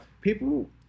people